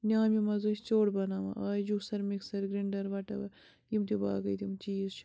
نیٛامہِ منٛز ٲسۍ ژیٛوٹ بَناوان آیہِ juicer mixer grinder whatever یِم تہِ باقٕے تِم چیٖز چھِ